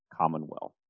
Commonwealth